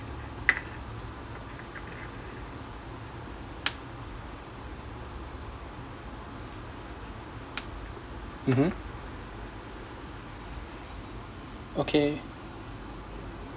mmhmm okay